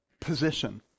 position